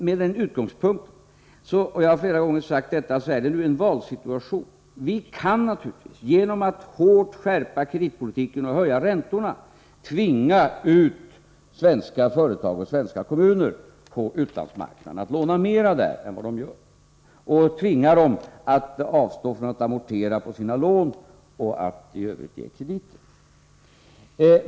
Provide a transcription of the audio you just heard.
Med den utgångspunkten — jag har flera gånger sagt detta — är det en valsituation. Vi kan naturligtvis genom att hårt skärpa kreditpolitiken och höja räntorna tvinga ut svenska företag och svenska kommuner på utlandsmarknaden för att låna mer där än vad de gör. Vi kan tvinga dem att avstå från att amortera på sina lån och att i övrigt ge krediter.